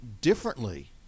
differently